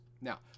Now